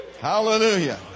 Hallelujah